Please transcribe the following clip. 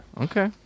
Okay